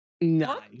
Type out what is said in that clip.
Nice